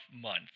month